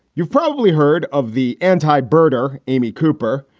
you've probably heard of the anti birder, amy cooper,